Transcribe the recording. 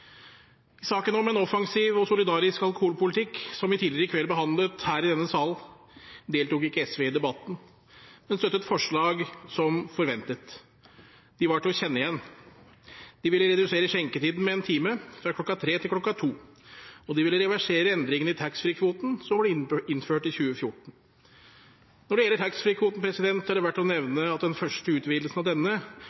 saken om en offensiv og solidarisk alkoholpolitikk, som vi tidligere i kveld behandlet i denne salen, deltok SV ikke i debatten, men støttet forslag, som forventet. De var til å kjenne igjen. De ville redusere skjenketiden med 1 time, fra kl. 03.00 til kl. 02.00, og de ville reversere de endringene i taxfreekvoten som ble innført i 2014. Når det gjelder taxfreekvoten, er det verdt å nevne at den første utvidelsen av denne